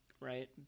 right